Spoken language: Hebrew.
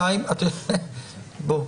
בוא,